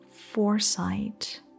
foresight